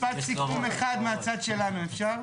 משפט סיכום אחד מהצד שלנו, אפשר?